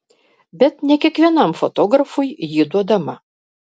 bet ne kiekvienam fotografui ji duodama